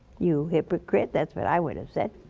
you hypocrite, that's what i would have said.